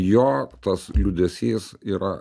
jo tas judesys yra